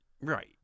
Right